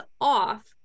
off